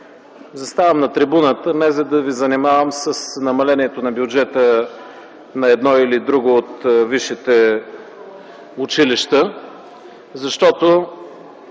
Заставам на трибуната, не за да ви занимавам с намалението на бюджета на едно или друго от висшите училища, защото